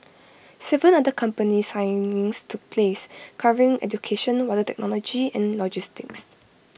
Seven other company signings took place covering education water technology and logistics